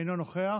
אינו נוכח.